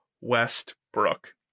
westbrook